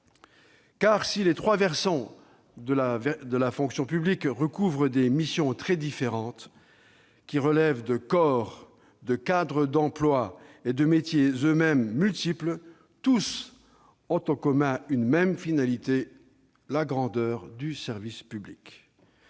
Car si les trois versants de la fonction publique recouvrent des missions très différentes, qui relèvent de corps, de cadres d'emploi et de métiers eux-mêmes multiples, tous ont en commun une même finalité : la grandeur du service public.